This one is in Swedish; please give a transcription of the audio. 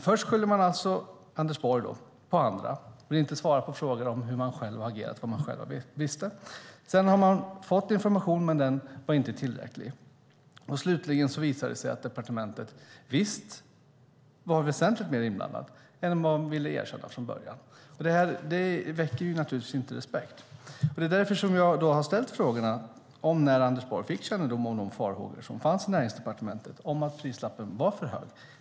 Först skyller Anders Borg på andra och vill inte svara på frågor om hur han själv har agerat och vad han själv vetat. Sedan har man fått information, men den var inte tillräcklig. Slutligen visar det sig att departementet var väsentligt mer inblandat än man ville erkänna från början. Det väcker naturligtvis inte respekt. Därför har jag ställt frågan om när Anders Borg fick kännedom om de farhågor som fanns i Näringsdepartementet om att prislappen var för hög.